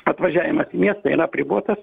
atvažiavimas į miestą yra apribotas